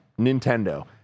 Nintendo